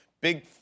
big